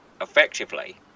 Effectively